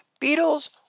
Beatles